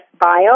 bio